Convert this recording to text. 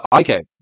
okay